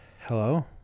Hello